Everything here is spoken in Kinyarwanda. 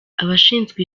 abashinzwe